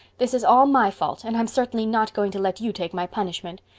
this is all my fault and i'm certainly not going to let you take my punishment.